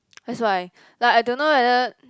that's why like I don't know whether